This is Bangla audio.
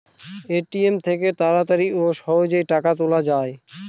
এ.টি.এম থেকে তাড়াতাড়ি ও সহজেই টাকা তোলা যায়